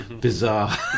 bizarre